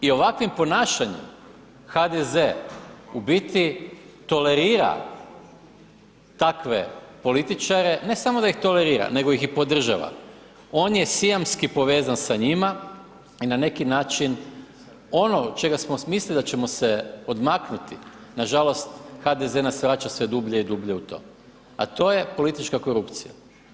I ovakvim ponašanjem HDZ u biti tolerira takve političare, ne samo da ih tolerira nego ih podržava, on je sijamski povezan sa njima i na neki način ono čega smo mislili da ćemo se odmaknuti, nažalost HDZ nas vraća sve dublje i dublje u to, a to je politika korupcija.